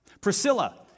Priscilla